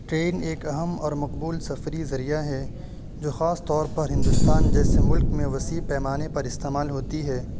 train ایک اہم اور مقبول سفری ذریعہ ہے جو خاص طور پر ہندوستان جیسے ملک میں وسیع پیمانے پر استعمال ہوتی ہے